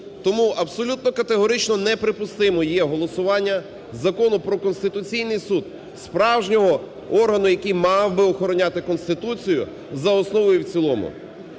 Тому абсолютно категорично неприпустимим є голосування Закону про Конституційний Суд, справжнього органу, який мав би охороняти Конституцію, за основу і в цілому.